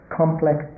complex